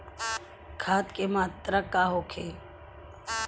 खाध के मात्रा का होखे?